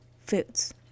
foods